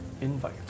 invite